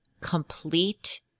complete